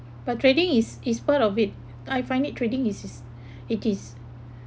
but trading is is part of it I find it trading is it is